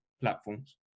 platforms